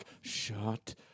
shut